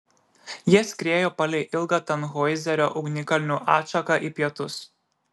jie skriejo palei ilgą tanhoizerio ugnikalnių atšaką į pietus